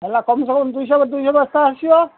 ହେଲା କମ୍ସେ କମ୍ ଦୁଇଶହ ଦୁଇଶହ ବସ୍ତା ଆସିବ